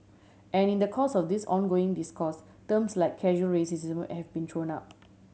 and in the course of this ongoing discourse terms like casual racism have been thrown up